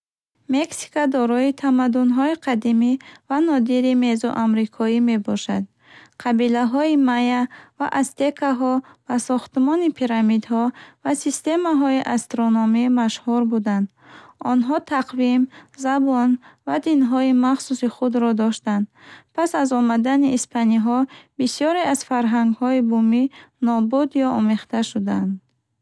Мексика дорои тамаддунҳои қадимӣ ва нодири мезоамрикоӣ мебошад. Қабилаҳои майя ва астекаҳо ба сохтмони пирамидҳо ва системаҳои астрономӣ машҳур буданд. Онҳо тақвим, забон ва динҳои махсуси худро доштанд. Пас аз омадани испаниҳо, бисёре аз фарҳангҳои бумӣ нобуд ё омехта шуданд.